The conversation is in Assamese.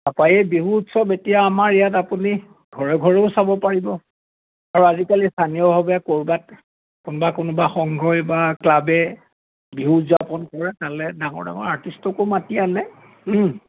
তাপা এই বিহু উৎসৱ এতিয়া আমাৰ ইয়াত আপুনি ঘৰে ঘৰেও চাব পাৰিব আৰু আজিকালি স্থানীয়ভাৱে ক'ৰবাত কোনবা কোনোবা সংঘই বা ক্লাবে বিহু উদযাপন কৰে তালে ডাঙৰ ডাঙৰ আৰ্টিষ্টকো মাতি আনে